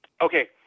Okay